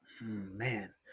man